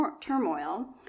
turmoil